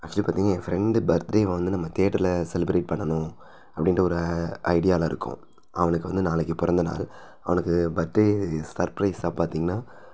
actually பார்த்தீங்கனா என் friend பர்த்டேவ வந்து நம்ம தேட்டரில் செலிப்ரேட் பண்ணணும் அப்படின்ற ஒரு ஐடியாவில் இருக்கோம் அவனுக்கு வந்து நாளைக்கு பிறந்த நாள் அவனுக்கு பர்த்டே சர்ப்ரைஸாக பார்த்தீங்கனா